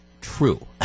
true